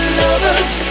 lovers